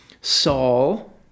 Saul